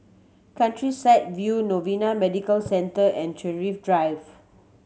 Countryside View Novena Medical Center and Thrift Drive